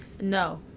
No